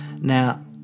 Now